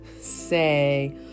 Say